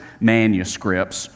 manuscripts